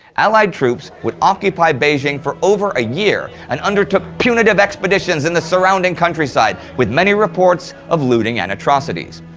allied troops would occupy beijing for over a year, and undertook punitive expeditions in the surrounding countryside, with many reports of looting and atrocities.